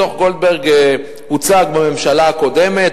דוח-גולדברג הוצג בממשלה הקודמת,